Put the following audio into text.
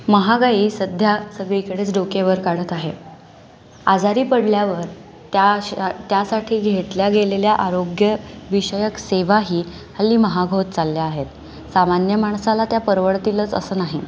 महागाई सध्या सगळीकडेच डोके वर काढत आहे आजारी पडल्यावर त्या श त्यासाठी घेतल्या गेलेल्या आरोग्य विषयक सेवा ही हल्ली महाग होत चालल्या आहेत सामान्य माणसाला त्या परवडतीलच असं नाही